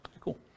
Cool